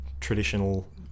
traditional